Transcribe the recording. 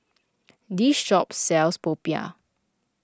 this shop sells popiah